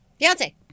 Beyonce